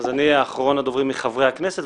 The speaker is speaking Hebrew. אז אני אחרון הדוברים מחברי הכנסת,